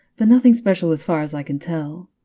but nothing special, as far as i can tell.